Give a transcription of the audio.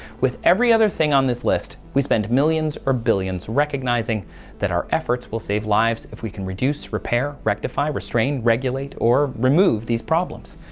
with every other thing on this list, we spend millions or billions recognizing that our efforts will save lives if we can reduce, repair, rectify, restrain, or remove these problems.